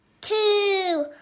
Two